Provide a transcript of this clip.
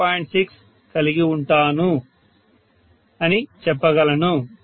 6 కలిగి వుంటాను అని చెప్పగలను